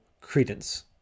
credence